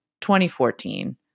2014